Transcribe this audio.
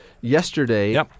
Yesterday